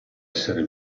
essere